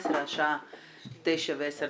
היום 21 בנובמבר 2018, השעה 9:10 דקות.